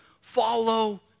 follow